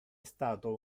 stato